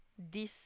diss